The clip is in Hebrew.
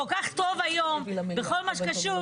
כל כך טוב היום בכל מה שקשור,